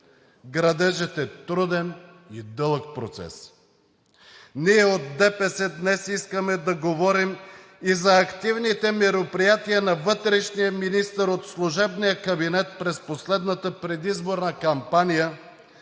градежът е труден и дълъг процес. Ние от ДПС днес искаме да говорим и за активните мероприятия на вътрешния министър от служебния кабинет през последната предизборна кампания,